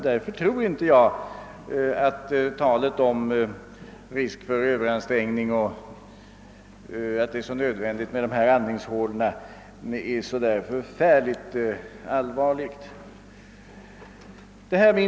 Därför tror inte jag att risken för överansträngning är så förfärligt allvarlig och att dessa s.k. andningshål är så nödvändiga.